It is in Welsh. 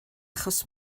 achos